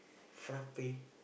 frappe